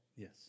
Yes